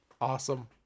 Awesome